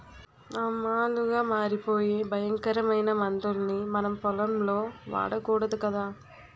ఆమ్లాలుగా మారిపోయే భయంకరమైన మందుల్ని మనం పొలంలో వాడకూడదు కదా